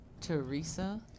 Teresa